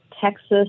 Texas